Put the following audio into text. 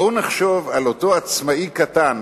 בואו נחשוב על אותו עצמאי קטן